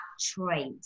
trait